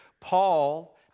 Paul